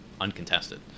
uncontested